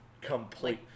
complete